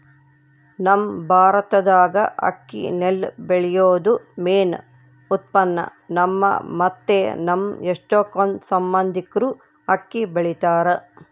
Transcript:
ನಮ್ ಭಾರತ್ದಾಗ ಅಕ್ಕಿ ನೆಲ್ಲು ಬೆಳ್ಯೇದು ಮೇನ್ ಉತ್ಪನ್ನ, ನಮ್ಮ ಮತ್ತೆ ನಮ್ ಎಷ್ಟಕೊಂದ್ ಸಂಬಂದಿಕ್ರು ಅಕ್ಕಿ ಬೆಳಿತಾರ